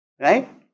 right